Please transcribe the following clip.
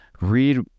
read